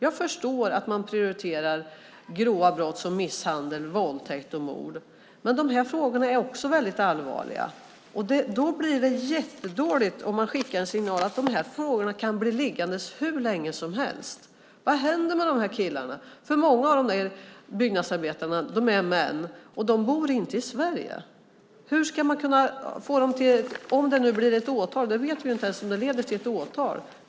Jag förstår att man prioriterar grova brott som misshandel, våldtäkt och mord, men de här frågorna är också väldigt allvarliga. Det blir jättedåligt om man skickar signalen att de här frågorna kan bli liggandes hur länge som helst. Vad händer med de här killarna? Många av de här byggnadsarbetarna är män, och de bor inte i Sverige. Vi vet inte ens om det leder till ett åtal.